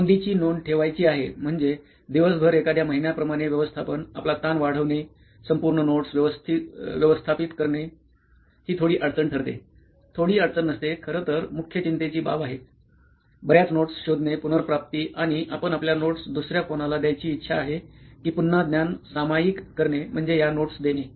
नोंदीची नोंद ठेवायची आहे म्हणजे दिवसभर एखाद्या महिन्याप्रमाणे व्यवस्थापन आपला ताण वाढवणे संपूर्ण नोट्स व्यवस्थापित करणे ही थोडी अडचण ठरते थोडी अडचण नसते खरं तर मुख्य चिंतेची बाब आहे बर्याच नोट्स शोधणे पुनर्प्राप्ती आणि आपण आपल्या नोट्स दुसर्या कोणाला द्यायची इच्छा आहे की पुन्हा ज्ञान सामायिक करणे म्हणजे या नोट्स देणे